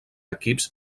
equips